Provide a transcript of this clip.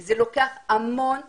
זה לוקח המון שעות.